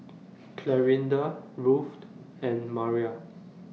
Clarinda Ruthe and Mara